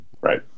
Right